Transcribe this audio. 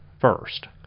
first